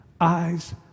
eyes